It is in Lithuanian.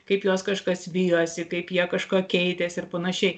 kaip juos kažkas vijosi kaip jie kažkuo keitėsi ir panašiai